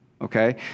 okay